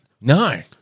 No